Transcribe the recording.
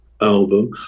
album